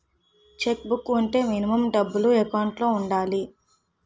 Check book వుంటే minimum డబ్బులు account లో ఉండాలి?